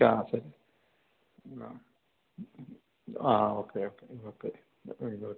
class ആ ആ okay okay okay ശരി ഓക്കെ